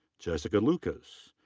jessica lucas.